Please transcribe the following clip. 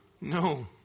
No